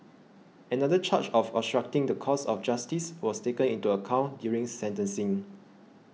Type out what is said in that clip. another charge of obstructing the course of justice was taken into account during sentencing